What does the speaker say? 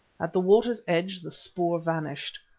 at the water's edge the spoor vanished.